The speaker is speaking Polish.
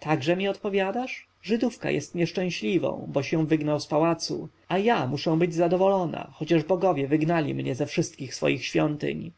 także mi odpowiadasz żydówka jest nieszczęśliwą boś ją wygnał z pałacu a ja muszę być zadowolona chociaż bogowie wygnali mnie ze wszystkich swoich świątyń